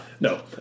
No